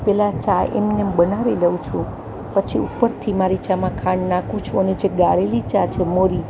પહેલા ચા એમ ને એમ બનાવી લઉં છું પછી ઉપરથી મારી ચામાં ખાંડ નાખું છું અને જે ગાળેલી ચા છે મોળી